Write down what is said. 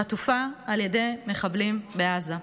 חטופה על ידי מחבלים בעזה,